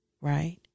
right